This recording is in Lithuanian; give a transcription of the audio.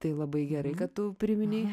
tai labai gerai kad tu priminei